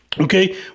Okay